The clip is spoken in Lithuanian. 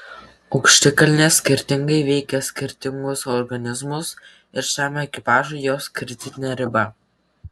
aukštikalnės skirtingai veikia skirtingus organizmus ir šiam ekipažui jos kritinė riba